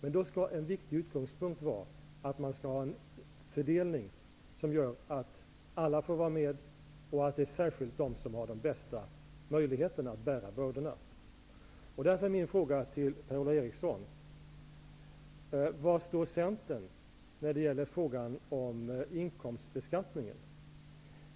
En viktig utgångspunkt skall då vara att man skall ha en fördelning som gör att alla får vara med och att man skall ta hänsyn till vilka som har de bästa möjligheterna att bära bördorna. Var står Centern, Per-Ola Eriksson, när det gäller frågan om inkomstbeskattningen?